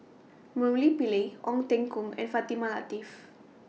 Murali Pillai Ong Teng Koon and Fatimah Lateef